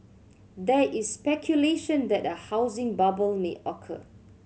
there is speculation that a housing bubble may occur